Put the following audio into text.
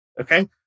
Okay